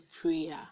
prayer